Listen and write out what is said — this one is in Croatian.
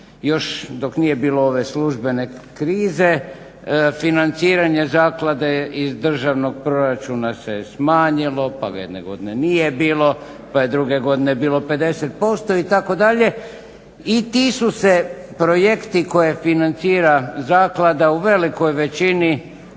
još dok nije bilo ove službene krize financiranje zaklade je iz državnog proračuna se je smanjilo, pa ga jedne godine nije bilo, pa je druge godine bilo 50% itd. I su se projekti koje je financira zaklada u velikoj većini